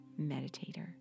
meditator